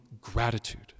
gratitude